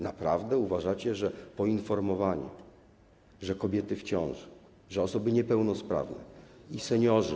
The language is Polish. Naprawdę uważacie, że poinformowanie, że kobiety w ciąży, że osoby niepełnosprawne i seniorzy.